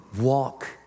Walk